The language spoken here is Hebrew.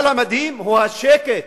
אבל המדהים הוא השקט.